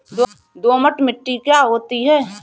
दोमट मिट्टी क्या होती हैं?